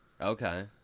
Okay